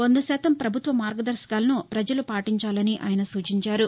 వంద శాతం పభుత్వ మార్గదర్భకాలను పజలు పాటించాలని ఆయన సూచించారు